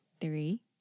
Three